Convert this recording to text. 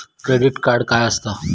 Credit card काय असता?